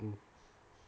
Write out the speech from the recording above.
mm